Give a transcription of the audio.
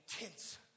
intense